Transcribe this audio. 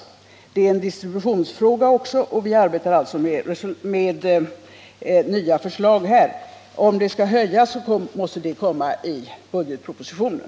Detta är också en distributionsfråga, och vi arbetar alltså med nya förslag. Om det skall ske en höjning måste det bli genom budgetpropositionen.